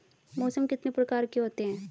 मौसम कितने प्रकार के होते हैं?